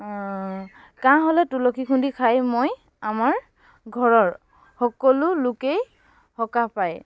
কাঁহ হ'লে তুলসী খুন্দি খাই মই আমাৰ ঘৰৰ সকলো লোকেই সকাহ পায়